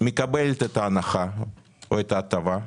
מקבלת את ההנחה או את ההטבה.